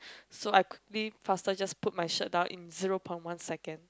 so I quickly fast just pulled shirt down in zero point one second